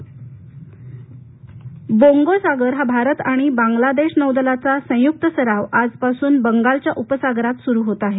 भारत बांगलादेश बोंगोसागर हा भारत आणि बांगलादेश नौदलाचा संयुक्त सराव आजपासून बंगालच्या उपसागरात सुरू होत आहे